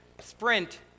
sprint